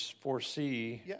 foresee